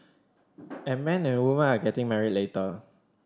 and men and women are getting married later